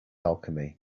alchemy